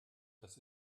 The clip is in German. das